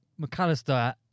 McAllister